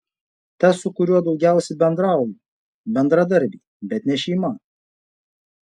tas su kuriuo daugiausiai bendrauju bendradarbiai bet ne šeima